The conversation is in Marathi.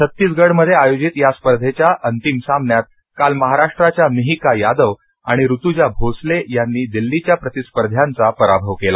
छत्तीसगढमध्ये आयोजित या स्पर्धेच्या अंतिम सामन्यात काल महाराष्ट्राच्या मिहिका यादव आणि रुत्रजा भोसले यांनी दिल्लीच्या प्रतिस्पर्ध्यांचा पराभव केला